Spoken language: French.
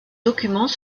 documents